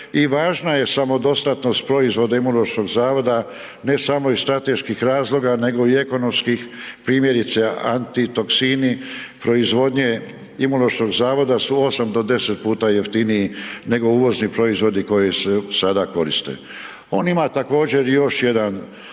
i važna je samodostatnost proizvoda Imunološkog zavoda ne samo iz strateških razloga nego i ekonomskih. Primjerice, antitoksini proizvodnje Imunološkog zavoda su 8 do 10 puta jeftiniji nego uvozni proizvodi koji se sada koriste. On ima također još jedan,